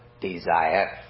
desire